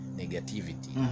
negativity